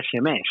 sms